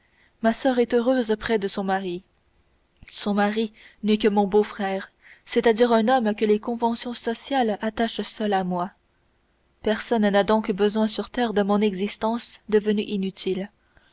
ma soeur est heureuse près de son mari son mari n'est que mon beau-frère c'est-à-dire un homme que les conventions sociales attachent seules à moi personne n'a donc besoin sur la terre de mon existence devenue inutile